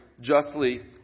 justly